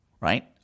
right